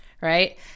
Right